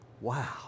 Wow